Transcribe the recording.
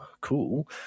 cool